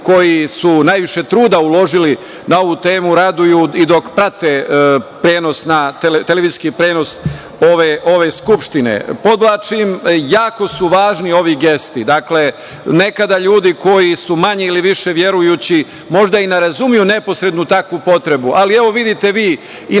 koji su najviše truda uložili na ovu temu, raduju i dok prate televizijski prenos ove Skupštine. Podvlačim, jako su važni ovi gesti. Dakle, nekada ljudi koji su manje ili više verujući možda i ne razumeju neposrednu takvu potrebu, ali, evo, vidite vi, i